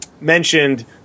mentioned